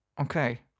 okay